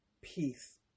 peace